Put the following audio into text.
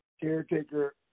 Caretaker